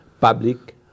public